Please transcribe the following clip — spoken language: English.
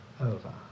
over